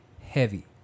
heavy